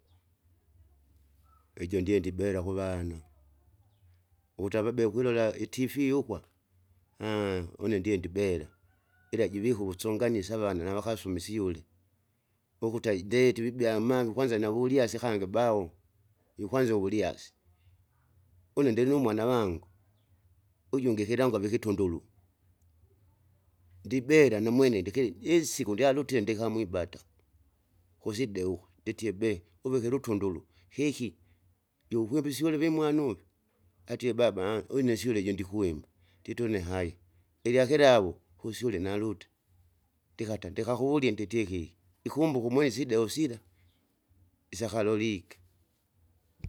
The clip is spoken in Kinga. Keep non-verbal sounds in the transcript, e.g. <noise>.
<noise> ijo ndyendibera kuvana, ukuta avabe kwilola itifii ukwa, <hesitation> une ndie ndibele, <noise> ila jivike uvusonganisi avana navakasume isyule, ukuta ideti wibea amangi kwanza navulyasi akangi baho, ikukwanza uvulyasi. <noise> Une ndinumwana avangu, <noise> ujungi kilangwa vikitunduru, ndibera namwene ndikili jisiku ndyalutie ndikamwibata, kuside uko nditie bee kuvike ilutunduru keki. Jukwimbe isyule vimwana uve, atie baba <hesitation> une isyule jondikwimba ndite une haya. Ilyakilawu kusyule nalute, ndikata ndikakuwulie nditiki, ikumbuke umwene isida osila, <noise> isyakalolike. <noise>